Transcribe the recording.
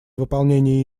выполнения